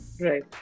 right